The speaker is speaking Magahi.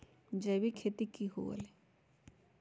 जैविक खेती की हुआ लाई?